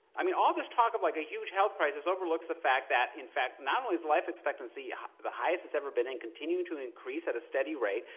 i mean, all this talk of like a huge health crisis overlooks the fact that in fact not only is the life expectancy the highest it's ever been and continuing to increase at a steady rate,